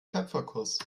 töpferkurs